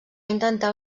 intentar